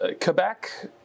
Quebec